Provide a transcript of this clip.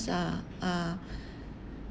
are are